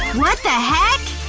what the heck?